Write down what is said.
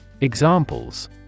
Examples